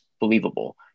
believable